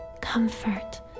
comfort